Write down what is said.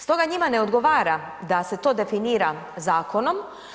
Stoga njima ne odgovara da se to definira zakonom.